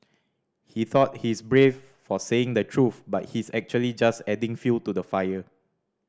he thought he's brave for saying the truth but he's actually just adding fuel to the fire